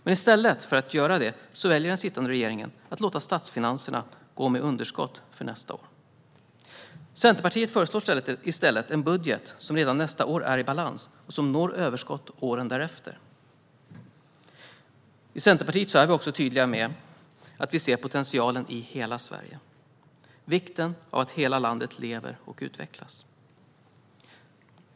Men i stället väljer den sittande regeringen att låta statsfinanserna gå med underskott nästa år. Centerpartiet föreslår i stället en budget som redan nästa år är i balans och som når överskott åren därefter. I Centerpartiet är vi också tydliga med att vi ser potentialen i hela Sverige, vikten av att hela landet lever och utvecklas.